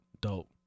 dope